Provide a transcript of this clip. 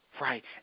right